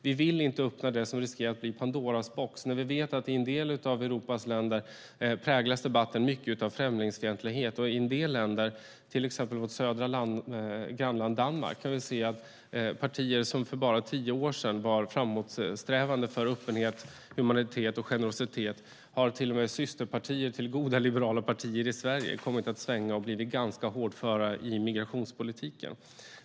Vi vill inte öppna det som riskerar att bli Pandoras box när vi vet att debatten i en del av Europas länder präglas mycket av främlingsfientlighet. I en del länder, till exempel vårt södra grannland Danmark, kan vi se att partier som för bara tio år sedan var framåtsträvande för öppenhet, humanitet och generositet och som till och med var systerpartier till goda liberala partier i Sverige har kommit att svänga och blivit ganska hårdföra i migrationspolitiken.